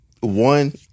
One